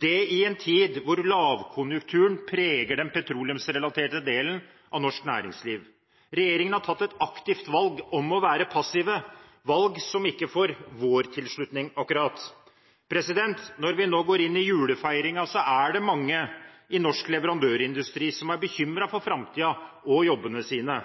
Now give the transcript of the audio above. det i en tid da lavkonjunkturen preger den petroleumsrelaterte delen av norsk næringsliv. Regjeringen har tatt et aktivt valg om å være passive, et valg som ikke akkurat får vår tilslutning. Når vi nå går inn i julefeiringen, er det mange i norsk leverandørindustri som er bekymret for framtiden og for jobbene sine.